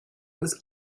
was